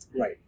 right